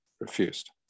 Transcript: refused